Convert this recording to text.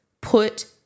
put